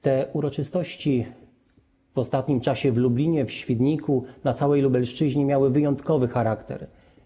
Te uroczystości w ostatnim czasie w Lublinie, w Świdniku, na całej Lubelszczyźnie miały wyjątkowy charakter.